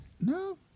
No